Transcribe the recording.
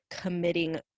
committing